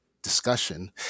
discussion